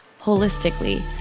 holistically